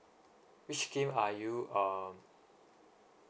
which scheme are you uh